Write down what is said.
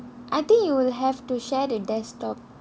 I think you will have to share the desktop